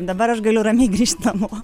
dabar aš galiu ramiai grįžt namo